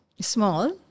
Small